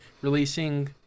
Releasing